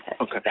Okay